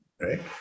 Right